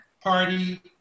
party